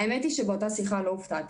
האמת היא שבאותה שיחה לא הופתעתי.